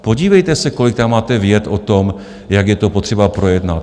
Podívejte se, kolik tam máte vět o tom, jak je to potřeba projednat.